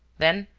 then,